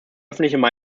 öffentliche